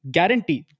Guarantee